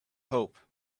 hope